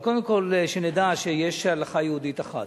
אבל קודם כול שנדע שיש הלכה יהודית אחת.